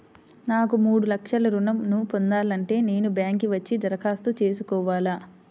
నాకు మూడు లక్షలు ఋణం ను పొందాలంటే నేను బ్యాంక్కి వచ్చి దరఖాస్తు చేసుకోవాలా?